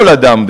כל אדם,